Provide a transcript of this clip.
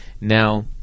Now